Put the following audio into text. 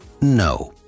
no